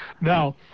now